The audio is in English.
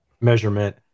measurement